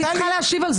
אני צריכה להסביר.